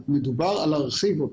מדובר על הרחבתו.